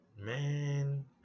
Man